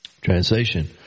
Translation